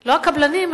לא הקבלנים,